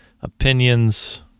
opinions